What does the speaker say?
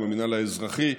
עם המינהל האזרחי,